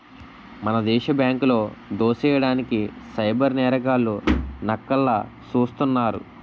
మన దేశ బ్యాంకులో దోసెయ్యడానికి సైబర్ నేరగాళ్లు నక్కల్లా సూస్తున్నారు